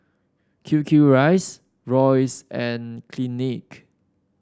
Q Q Rice Royce and Clinique